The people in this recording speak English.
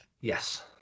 Yes